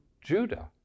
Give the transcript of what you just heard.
Judah